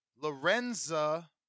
Lorenza